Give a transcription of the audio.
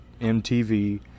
MTV